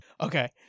Okay